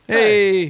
Hey